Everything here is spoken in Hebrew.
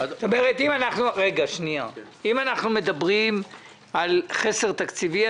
אם אנחנו מדברים על חסר תקציבי,